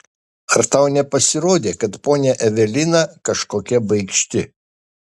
ar tau nepasirodė kad ponia evelina kažkokia baikšti